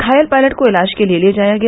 घायल पायलट को इलाज के लिये ले जाया गया